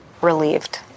relieved